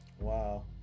wow